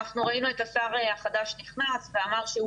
אנחנו ראינו את השר החדש נכנס ואמר שהוא